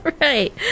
Right